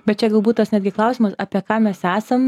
bet čia galbūt netgi klausimas apie ką mes esam